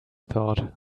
thought